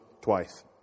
twice